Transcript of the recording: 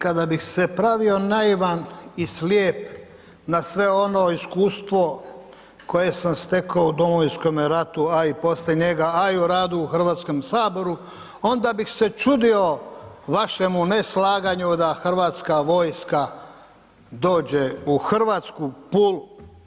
Kada bih se pravio naivan i slijep na sve ono iskustvo koje sam stekao u Domovinskome ratu, a i poslije njega, a i u radu u HS, onda bih se čudio vašemu neslaganju da Hrvatska vojska dođe u hrvatsku Pulu.